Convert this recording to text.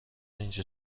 اینجا